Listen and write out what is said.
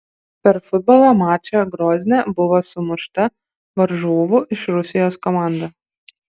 per futbolo mačą grozne buvo sumušta varžovų iš rusijos komanda